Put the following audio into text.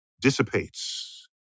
dissipates